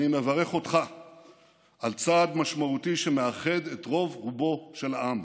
אני מברך אותך על צעד משמעותי שמאחד את רוב-רובו של העם,